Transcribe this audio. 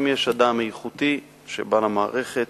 כלומר, אם יש אדם איכותי שבא למערכת